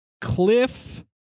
Cliff